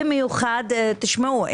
תשמעו,